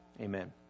amen